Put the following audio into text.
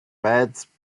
beds